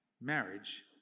marriage